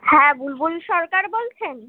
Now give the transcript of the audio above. হ্যাঁ বুলবুল সরকার বলছেন